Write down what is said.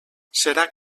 serà